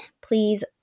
Please